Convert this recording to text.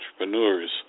entrepreneurs